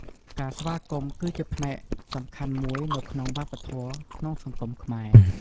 ការស្វាគមន៍គឺជាផ្នែកសំខាន់មួយនៅក្នុងវប្បធម៌ក្នុងសង្គមខ្មែរ។